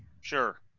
sure